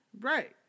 Right